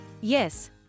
Yes